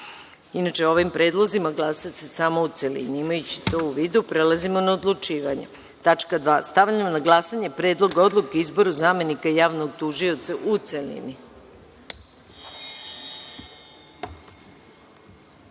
o ovim predlozima glasa se samo u celini. Imajući to u vidu, prelazimo na odlučivanje. Tačka dva. Stavljam na glasanje Predlog odluke o izboru zamenika javnog tužioca, u celini. Molim